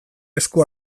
esku